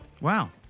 Wow